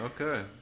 Okay